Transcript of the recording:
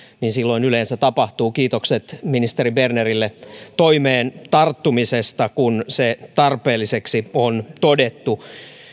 niin silloin yleensä tapahtuu kiitokset ministeri bernerille toimeen tarttumisesta kun se tarpeelliseksi on todettu